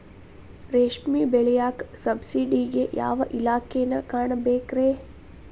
ರೇಷ್ಮಿ ಬೆಳಿಯಾಕ ಸಬ್ಸಿಡಿಗೆ ಯಾವ ಇಲಾಖೆನ ಕಾಣಬೇಕ್ರೇ?